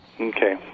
okay